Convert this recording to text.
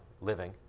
living